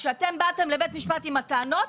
כשאתם באתם לבית משפט עם הטענות,